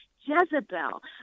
Jezebel